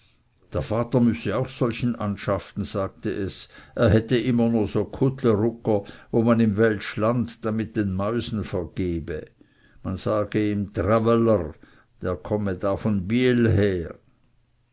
der vater müsse auch solchen anschaffen sagte es er hätte immer nur so kuttlenrugger wo man im weltschland damit den mäusen vergebe man sage ihm taveller er komme da von biel her